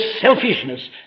selfishness